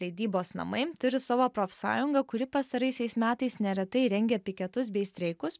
leidybos namai turi savo profsąjungą kuri pastaraisiais metais neretai rengia piketus bei streikus